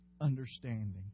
understanding